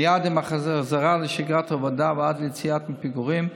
מייד עם החזרה לשגרת עבודה, ועד ליציאה מהפיגורים,